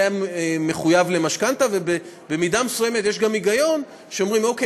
הוא היה מחויב למשכנתה ובמידה מסוימת יש גם היגיון שאומרים: אוקיי,